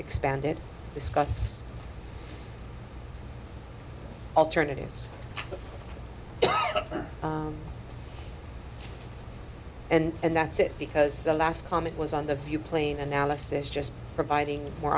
expanded discuss alternatives and that's it because the last comment was on the view plane analysis just providing more